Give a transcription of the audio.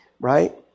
Right